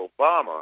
Obama